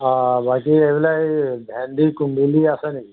অঁ বাকী এইবিলাক এই ভেন্দি কুন্দুলি আছে নেকি